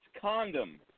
condom